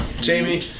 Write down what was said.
Jamie